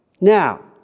Now